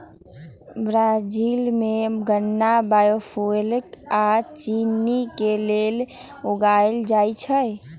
Brazil में गन्ना biofuel आ चिन्नी के लेल उगाएल जाई छई